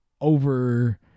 over